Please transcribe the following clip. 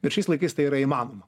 bet šiais laikais tai yra įmanoma